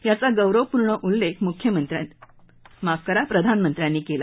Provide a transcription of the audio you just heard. याचा गौरवपूर्ण उल्लेख प्रधानमंत्र्यांनी केला